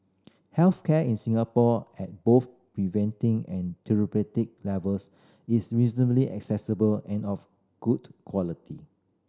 health care in Singapore at both preventive and therapeutic levels is reasonably accessible and of good quality